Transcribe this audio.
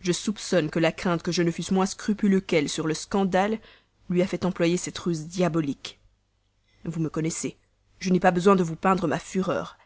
je soupçonne que la crainte que je ne fusse moins scrupuleux qu'elle sur le scandale lui a fait employer cette ruse diabolique vous me connaissez je n'ai pas besoin de vous peindre ma fureur